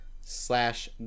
slash